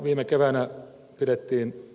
viime keväänä pidettiin ed